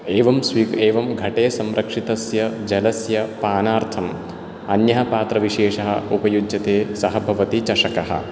एवं स्वी एवं घटे संरक्षितस्य जलस्य पानार्थम् अन्यः पात्रविशेषः उपयुज्यते सः भवति चषकः